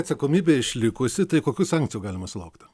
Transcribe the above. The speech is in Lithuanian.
atsakomybė išlikusi tai kokių sankcijų galima sulaukti